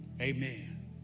Amen